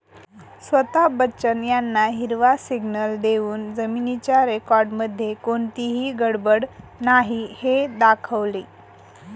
स्वता बच्चन यांना हिरवा सिग्नल देऊन जमिनीच्या रेकॉर्डमध्ये कोणतीही गडबड नाही हे दाखवले